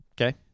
Okay